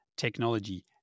technology